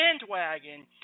bandwagon